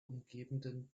umgebenden